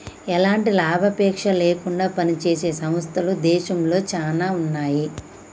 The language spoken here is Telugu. ఎలాంటి లాభాపేక్ష లేకుండా పనిజేసే సంస్థలు దేశంలో చానా ఉన్నాయి